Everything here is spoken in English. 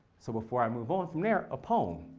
so before i move on from there a poem.